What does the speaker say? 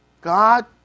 god